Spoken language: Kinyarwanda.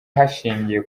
hashingiwe